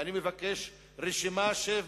ואני מבקש רשימה שמית,